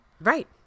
Right